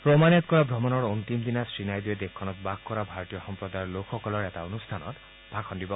ৰোমানিয়াত কৰা ভ্ৰমণৰ অন্তিম দিনা শ্ৰীনাইডুৱে দেশখনত বাস কৰা ভাৰতীয় সম্প্ৰদায়ৰ লোকসকলৰ এটা অনুষ্ঠানত ভাষণ দিব